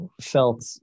felt